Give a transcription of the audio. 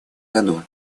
году